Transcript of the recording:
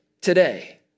today